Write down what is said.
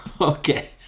Okay